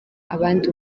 abandi